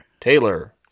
taylor